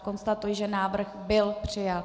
Konstatuji, že návrh byl přijat.